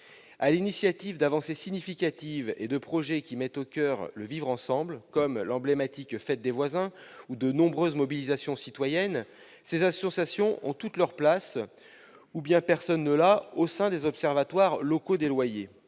À l'initiative d'avancées significatives et de projets qui mettent au coeur le vivre ensemble, comme l'emblématique fête des voisins ou de nombreuses mobilisations citoyennes, ces associations ont toute leur place au sein des observatoires locaux des loyers.